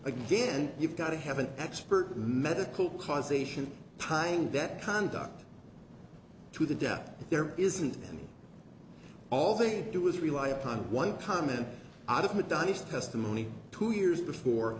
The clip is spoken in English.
again you've got to have an expert medical causation time that conduct to the death there isn't and all they can do is rely upon one comment out of madonna's testimony two years before